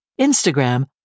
Instagram